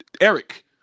Eric